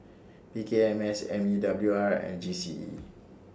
P K M S M E W R and G C E